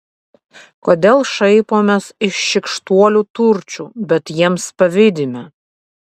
kodėl šaipomės iš šykštuolių turčių bet jiems pavydime